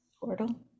Portal